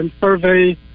survey